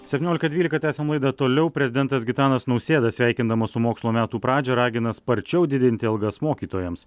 septyniolika dvylika tęsiam laidą toliau prezidentas gitanas nausėda sveikindamas su mokslo metų pradžia ragina sparčiau didinti algas mokytojams